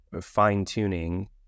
fine-tuning